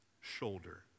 shoulder